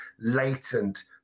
latent